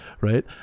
right